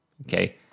Okay